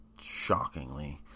shockingly